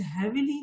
heavily